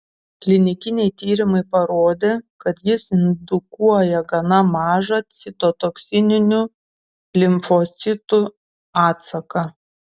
klinikiniai tyrimai parodė kad jis indukuoja gana mažą citotoksinių limfocitų atsaką